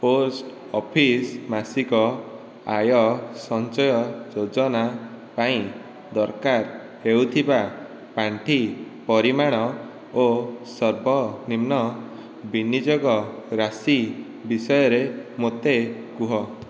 post office ମାସିକ ଆୟ ସଞ୍ଚୟ ଯୋଜନା ପାଇଁ ଦରକାର ହେଉଥିବା ପାଣ୍ଠି ପରିମାଣ ଓ ସର୍ବନିମ୍ନ ବିନିଯୋଗ ରାଶି ବିଷୟରେ ମୋତେ କୁହ